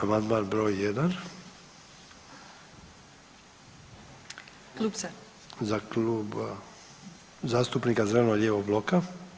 Amandman br. 1. ... [[Upadica se ne čuje.]] za klub zastupnika zeleno-lijevog bloka.